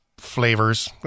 Flavors